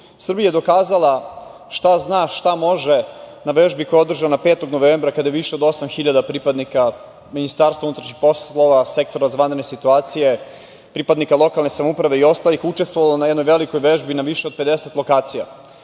Srbija je dokazala šta zna, šta može na vežbi koja je održana 5. novembra kada je više od osam hiljada pripadnika MUP-a, Sektora za vanredne situacije, pripadnika lokalne samouprave i ostalih učestvovalo na jednoj velikoj vežbi na više od 50 lokacija. Mi